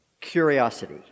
curiosity